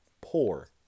poor